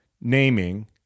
naming